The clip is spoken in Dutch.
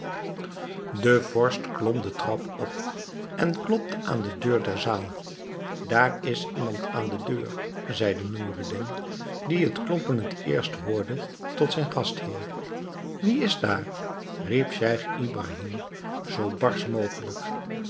de vorst klom den trap op en klopte aan de deur der zaal daar is iemand aan de deur zeide noureddin die het kloppen het eerst hoorde tot zijn gastheer wie is daar riep scheich ibrahim zoo barsch mogelijk